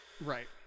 Right